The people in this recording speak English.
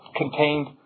contained